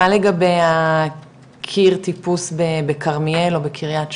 מה לגבי הקיר טיפוס בכרמיאל או בקרית שמונה?